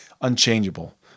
unchangeable